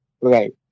right